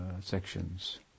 sections